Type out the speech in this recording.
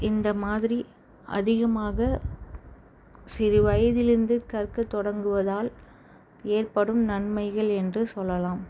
இந்த மாதிரி அதிகமாக சிறு வயதிலிருந்து கற்க தொடங்குவதால் ஏற்படும் நன்மைகள் என்று சொல்லலாம்